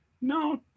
No